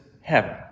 heaven